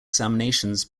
examinations